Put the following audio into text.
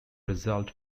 result